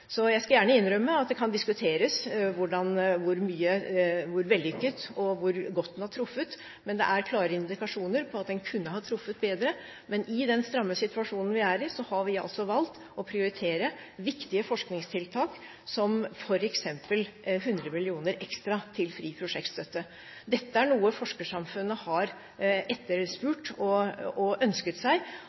Jeg skal gjerne innrømme at det kan diskuteres hvor vellykket den er, og hvor godt den har truffet, men det er klare indikasjoner på at den kunne ha truffet bedre. Men i den stramme situasjonen vi er i, har vi altså valgt å prioritere viktige forskningstiltak, som f.eks. 100 mill. kr ekstra til Fri prosjektstøtte. Dette er noe forskersamfunnet har etterspurt og ønsket seg,